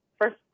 first